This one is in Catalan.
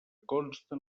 consta